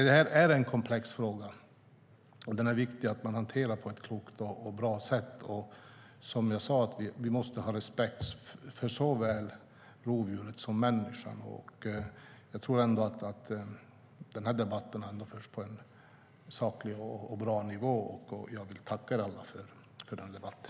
Det är en komplex fråga, och det är viktigt att man hanterar den på ett klokt och bra sätt. Som jag sa måste vi ha respekt för såväl rovdjuret som människan. Den här debatten har förts på en saklig och bra nivå, och jag vill tacka er alla för den.